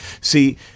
see